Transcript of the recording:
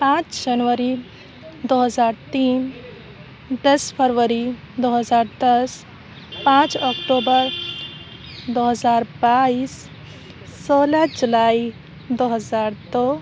پانچ جنوری دو ہزار تین دس فروری دو ہزار دس پانچ اکٹوبر دو ہزار بائیس سولہ جولائی دو ہزار دو